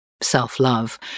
self-love